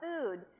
food